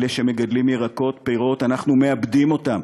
אלו שמגדלים ירקות, פירות, אנחנו מאבדים אותם.